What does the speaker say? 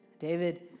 David